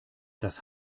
das